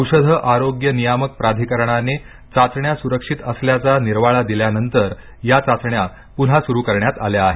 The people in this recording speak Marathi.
औषधं स्टारोग्य नियामकप्राधिकरणाने स्टाचण्या सुरक्षित असल्याचा निर्वाळा दिल्या नंतर या चाचण्यापुन्हा सुरू करण्यात आल्या आहेत